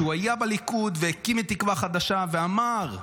שהיה בליכוד, והקים את תקווה חדשה, ואמר: